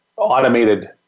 automated